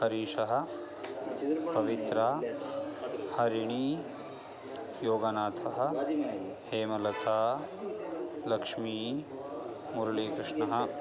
हरीशः पवित्रा हरिणी योगनाथः हेमलथा लक्ष्मी मुरुळीकृष्णः